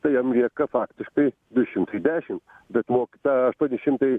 tai jam lieka faktiškai du šimtai dešim bet moki tą aštuoni šimtai